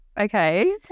Okay